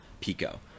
Pico